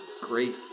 great